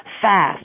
fast